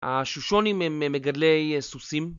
השושונים הם מגלה סוסים